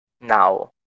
now